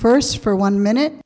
first for one minute